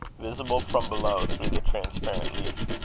visible from below through the transparent leaf.